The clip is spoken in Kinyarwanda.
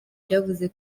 ryavuze